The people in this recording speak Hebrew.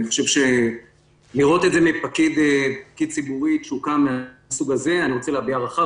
אני חושב שלראות תשוקה מהסוג הזה מפקיד ציבורי אני רוצה להביע הערכה.